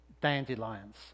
dandelions